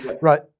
Right